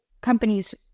companies